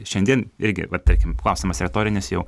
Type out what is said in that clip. šiandien irgi va tarkim klausimas retorinis jau